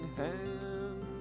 hand